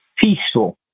peaceful